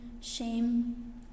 shame